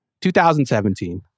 2017